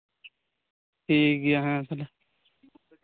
ᱴᱷᱤᱠ ᱜᱮᱭᱟ ᱦᱮᱸ ᱛᱟᱞᱦᱮ